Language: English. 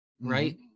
right